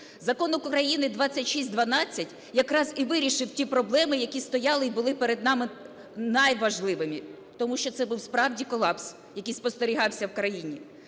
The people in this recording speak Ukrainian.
Закон України 2612 якраз і вирішив ті проблеми, які стояли і були перед нами найважливими, тому що це був справді колапс, який спостерігався в країні.